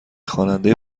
خواننده